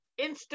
Instagram